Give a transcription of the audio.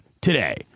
today